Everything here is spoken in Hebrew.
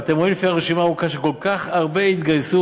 אבל אתם רואים לפי הרשימה הארוכה שכל כך הרבה התגייסו,